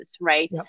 right